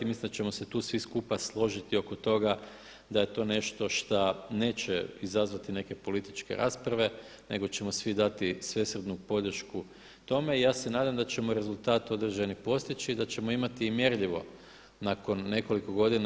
Mislim da ćemo se tu svi skupa složiti oko toga da je to nešto šta neće izazvati neke političke rasprave nego ćemo svi dati svesrdnu podršku tome i ja se nadam da ćemo određeni rezultat postići i da ćemo imati mjerljivo nakon nekoliko godina.